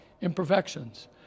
imperfections